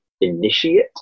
initiate